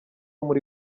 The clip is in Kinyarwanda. muri